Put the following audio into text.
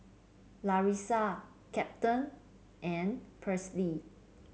larissa Captain and Paisley